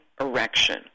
erection